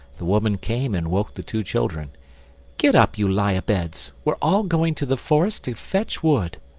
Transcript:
the woman came and woke the two children get up, you lie-abeds, we're all going to the forest to fetch wood.